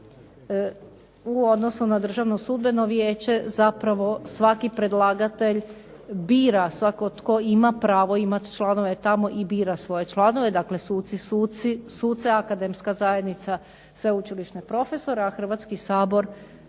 u odnosu na Državno sudbeno vijeće zapravo svaki predlagatelj bira, svatko tko ima pravo imati članove tamo i bira svoje članove. Dakle, suci suce, akademska zajednica sveučilišne profesore, a Hrvatski sabor